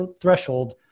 threshold